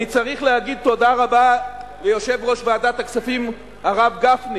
אני צריך להגיד תודה רבה ליושב-ראש ועדת הכספים הרב גפני